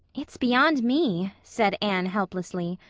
it's beyond me, said anne helplessly.